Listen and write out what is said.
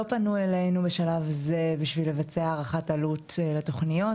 לא פנו אלינו בשלב זה כדי לבצע הערכת עלות לתוכניות,